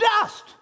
dust